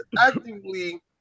actively